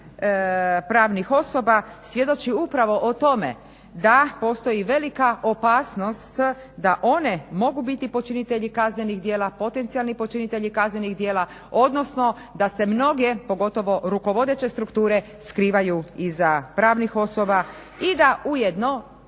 pravnih osoba svjedoči upravo tome da postoji velika opasnost da one mogu biti počinitelji kaznenih dijela, potencijalni počinitelji kaznenih dijela, odnosno da se mnoge, pogotovo rukovodeće strukture skrivaju iza pravnih osoba. I da ujedno